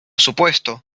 supuesto